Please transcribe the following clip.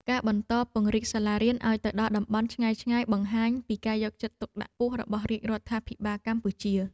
ការបន្តពង្រីកសាលារៀនឱ្យទៅដល់តំបន់ឆ្ងាយៗបង្ហាញពីការយកចិត្តទុកដាក់ខ្ពស់របស់រាជរដ្ឋាភិបាលកម្ពុជា។